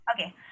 okay